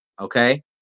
okay